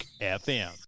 FM